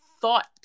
thought